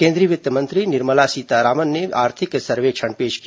केंद्रीय वित्त मंत्री निर्मला सीतारामन ने आर्थिक सर्वेक्षण पेश किया